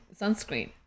sunscreen